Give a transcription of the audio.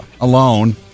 alone